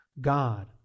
God